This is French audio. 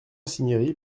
cinieri